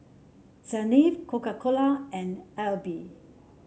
Saint Ives Coca Cola and AIBI